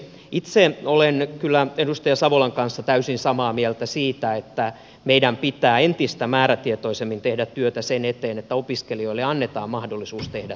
itse olen kyllä edustaja savolan kanssa täysin samaa mieltä siitä että meidän pitää entistä määrätietoisemmin tehdä työtä sen eteen että opiskelijoille annetaan mahdollisuus tehdä työtä